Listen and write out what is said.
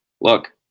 look